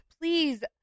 please